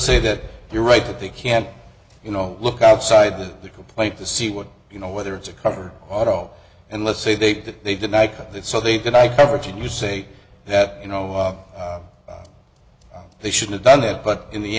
say that you're right that they can't you know look outside the complaint to see what you know whether it's a cover auto and let's say they did they didn't like that so they did i covered you say that you know they should have done that but in the